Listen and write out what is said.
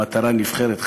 מטרה נבחרת,